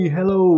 Hello